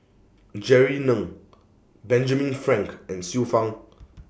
Jerry Ng Benjamin Frank and Xiu Fang